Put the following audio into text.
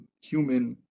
human